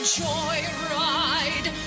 joyride